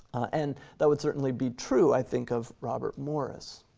and that would certainly be true, i think, of robert morris.